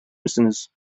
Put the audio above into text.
misiniz